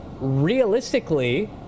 realistically